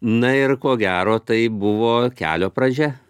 na ir ko gero tai buvo kelio pradžia